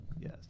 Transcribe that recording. Yes